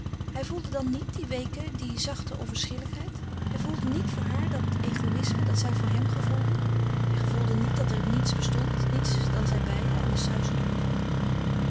hij voelde dan niet die weeke die zachte onverschilligheid hij voelde niet voor haar dat egoïsme dat zij voor hem gevoelde hij gevoelde niet dat er niets bestond niets dan zij beiden aan den suizenden oever